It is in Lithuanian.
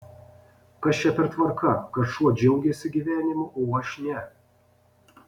kas čia per tvarka kad šuo džiaugiasi gyvenimu o aš ne